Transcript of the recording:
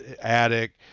attic